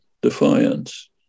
defiance